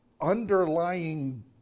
underlying